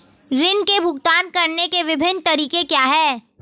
ऋृण के भुगतान करने के विभिन्न तरीके क्या हैं?